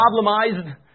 problemized